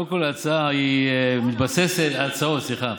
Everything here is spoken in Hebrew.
קודם כול, ההצעה מתבססת, ההצעות, סליחה,